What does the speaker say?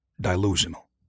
delusional